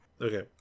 Okay